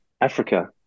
Africa